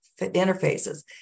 interfaces